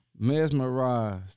mesmerized